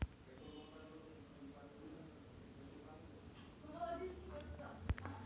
उदरनिर्वाहासाठी शेतीवर अवलंबून असलेल्या स्त्रियांची टक्केवारी चौऱ्याऐंशी टक्क्यांपर्यंत